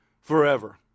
forever